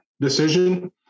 decision